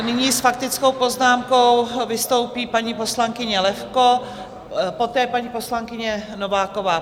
Nyní s faktickou poznámkou vystoupí paní poslankyně Levko, poté paní poslankyně Nováková.